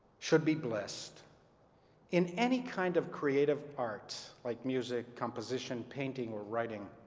should be blessed in any kind of creative art like music, composition, painting or writing,